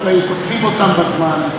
פעם היו קוטפים אותן בזמן.